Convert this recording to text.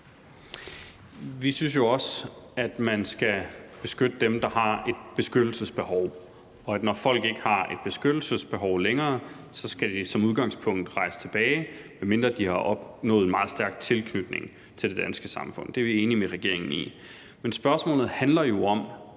Vi synes jo også, at man skal beskytte dem, der har et beskyttelsesbehov, og at når folk ikke har et beskyttelsesbehov længere, skal de som udgangspunkt rejse tilbage, medmindre de har opnået en meget stærk tilknytning til det danske samfund; det er vi enige med regeringen i. Men spørgsmålet handler jo om,